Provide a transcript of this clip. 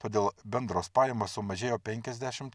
todėl bendros pajamos sumažėjo penkiasdešimt